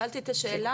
שאלתי את השאלה,